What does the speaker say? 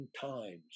times